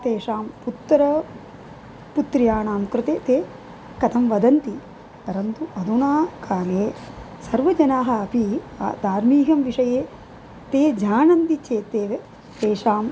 तेषां पुत्रः पुत्र्याणां कृते ते कथं वदन्ति परन्तु अधुना काले सर्वे जनाः अपि धार्मिकं विषये ते जानन्ति चेदेव तेषाम्